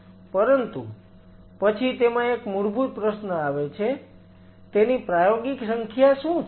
પરંતુ પછી તેમાં એક મૂળભૂત પ્રશ્ન આવે છે તેની પ્રાયોગિક સંખ્યા શું છે